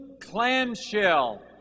clamshell